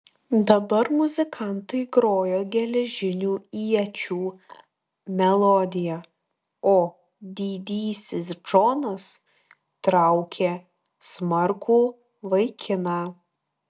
dabar muzikantai grojo geležinių iečių melodiją o didysis džonas traukė smarkų vaikiną